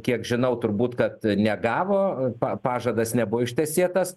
kiek žinau turbūt kad negavo pa pažadas nebuvo ištesėtas